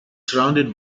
surrounded